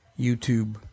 YouTube